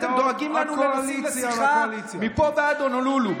אתם דואגים לנו לנושאים לשיחה מפה ועד הונולולו,